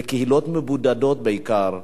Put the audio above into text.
בקהילות מבודדות בעיקר,